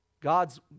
God's